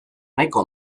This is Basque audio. nahiko